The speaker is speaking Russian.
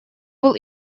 был